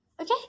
Okay